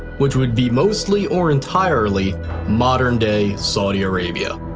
which would be mostly or entirely modern day saudi arabia.